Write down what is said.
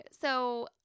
So-